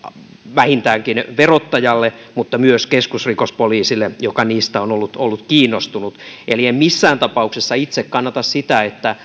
vähintäänkin verottajalle mutta myös keskusrikospoliisille joka niistä on ollut ollut kiinnostunut eli en missään tapauksessa itse kannata sitä että